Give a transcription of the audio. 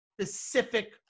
specific